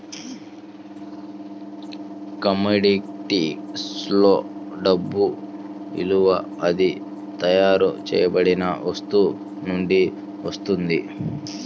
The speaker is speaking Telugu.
కమోడిటీస్లో డబ్బు విలువ అది తయారు చేయబడిన వస్తువు నుండి వస్తుంది